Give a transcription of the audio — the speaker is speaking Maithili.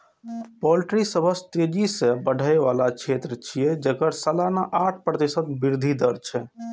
पोल्ट्री सबसं तेजी सं बढ़ै बला क्षेत्र छियै, जेकर सालाना आठ प्रतिशत वृद्धि दर छै